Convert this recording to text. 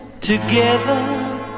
Together